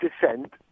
descent